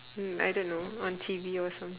hmm I don't know on T_V or someth~